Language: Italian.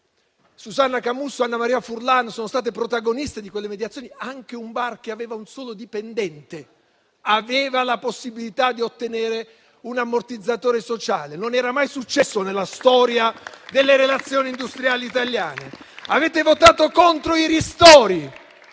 Susanna Camusso e Annamaria Furlan sono state protagoniste di quelle mediazioni. Anche un bar con un solo dipendente aveva la possibilità di ottenere un ammortizzatore sociale. Non era mai successo nella storia delle relazioni industriali italiane. Avete votato contro i ristori.